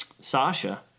Sasha